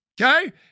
Okay